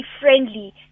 friendly